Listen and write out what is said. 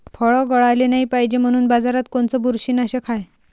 फळं गळाले नाही पायजे म्हनून बाजारात कोनचं बुरशीनाशक हाय?